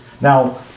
Now